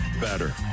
better